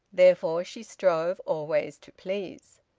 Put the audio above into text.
therefore she strove always to please.